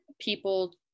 people